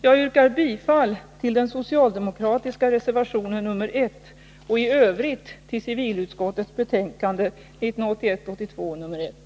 Jag yrkar bifall till den socialdemokratiska reservationen nr 1 och i övrigt till civilutskottets hemställan i dess betänkande 1981/82:1.